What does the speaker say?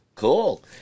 Cool